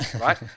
right